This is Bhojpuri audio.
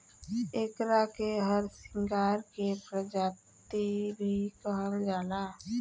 एकरा के हरसिंगार के प्रजाति भी कहल जाला